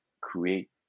create